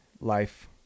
life